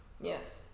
Yes